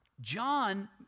John